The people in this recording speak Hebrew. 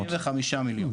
75 מיליון.